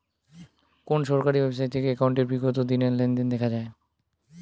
কোন সরকারি ওয়েবসাইট থেকে একাউন্টের বিগত দিনের লেনদেন দেখা যায়?